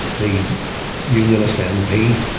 the unionist mp,